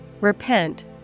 Repent